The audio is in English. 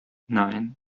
nine